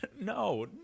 No